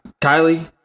Kylie